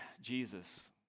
Jesus